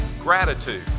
gratitude